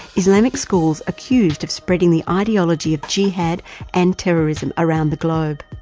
islamic schools accused of spreading the ideology of jihad and terrorism around the globe.